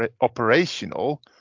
operational